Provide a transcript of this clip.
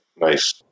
nice